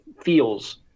feels